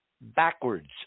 backwards